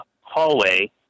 hallway